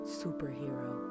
superhero